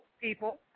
People